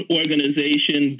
organization